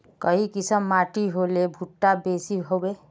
काई किसम माटी होले भुट्टा बेसी होबे?